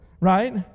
right